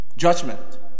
judgment